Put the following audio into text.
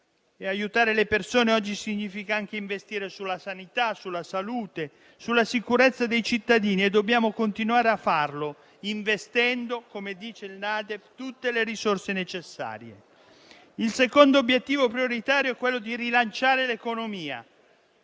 Aiutare le persone oggi significa anche investire sulla sanità, sulla salute e sulla sicurezza dei cittadini; dobbiamo continuare a farlo, investendo, come dice la NADEF, tutte le risorse necessarie. Il secondo obiettivo prioritario è quello di rilanciare l'economia.